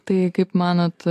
tai kaip manot